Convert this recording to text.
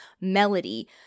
melody